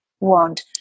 want